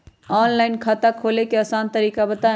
Online खाता खोले के आसान तरीका बताए?